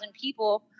people